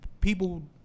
people